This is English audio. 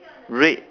red